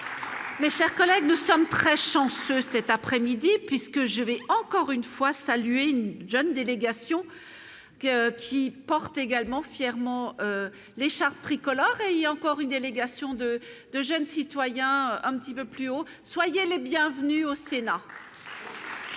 Mes chers collègues, nous sommes très chanceux cet après-midi puisque je vais encore une fois salué une jeune délégation que qui portent également fièrement l'écharpe tricolore et il encore une délégation de 2 jeunes citoyens un petit peu plus haut, soyez les bienvenus au Sénat.